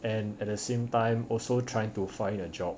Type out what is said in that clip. and at the same time also trying to find a job